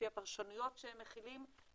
לפי הפרשנויות שהם מחילים,